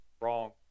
Wrong